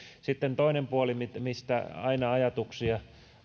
sitten toinen puoli mistä aina ajatuksia